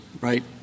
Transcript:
right